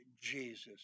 Jesus